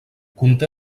conté